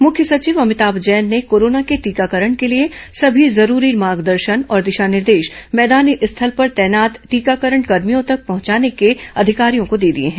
मुख्य सचिव अभिताम जैन ने कोरोना के टीकाकरण के लिए सभी जरूरी मार्गदर्शन और दिशा निर्देश भैदानी स्थल पर तैनात टीकाकरण कर्मियो तक पहुंचाने के निर्देश अधिकारियों को दिए हैं